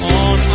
on